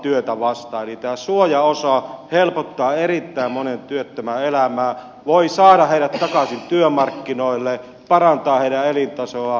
eli tämä suojaosa helpottaa erittäin monen työttömän elämää voi saada heidät takaisin työmarkkinoille parantaa heidän elintasoaan